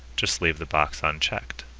just leave the box ah unchecked